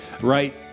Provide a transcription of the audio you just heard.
Right